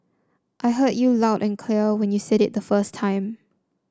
I heard you loud and clear when you said it the first time